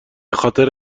خاطر